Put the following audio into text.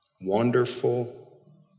wonderful